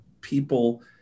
people